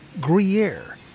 Gruyere